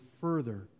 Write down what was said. further